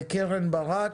קרן ברק.